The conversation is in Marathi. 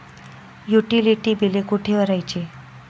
युटिलिटी बिले कुठे भरायची?